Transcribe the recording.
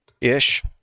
Ish